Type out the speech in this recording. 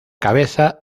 cabeza